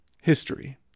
History